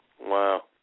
Wow